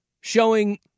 showing